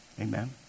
Amen